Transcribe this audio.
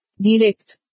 Direct